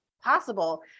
possible